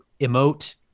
emote